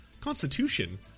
Constitution